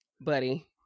buddy